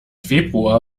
februar